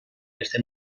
estem